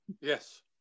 Yes